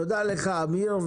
תודה לך, אמיר.